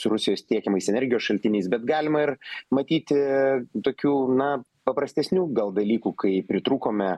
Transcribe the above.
su rusijos tiekiamais energijos šaltiniais bet galima ir matyti tokių na paprastesnių gal dalykų kai pritrūkome